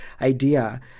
idea